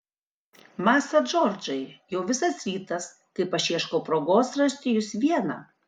masa džordžai jau visas rytas kaip aš ieškau progos rasti jus vieną